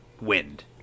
wind